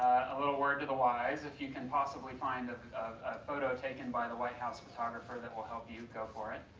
a little word to the wise if you can possibly find a photograph taken by the white house photographer that will help you go for it,